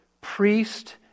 priest